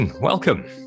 welcome